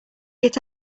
get